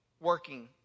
working